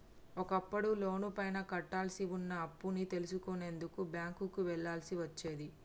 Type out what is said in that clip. ఒకప్పుడు లోనుపైన కట్టాల్సి వున్న అప్పుని తెలుసుకునేందుకు బ్యేంకుకి వెళ్ళాల్సి వచ్చేది